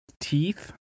teeth